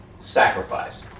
sacrifice